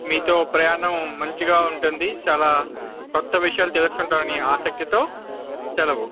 మీతో ప్రయాణం మంచిగా ఉంటుంది చాలా క్రొత్త విషయాలు తెలుసుకుంటానని ఆసక్తితో సెలవు